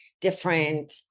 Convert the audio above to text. different